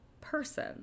person